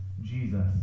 Jesus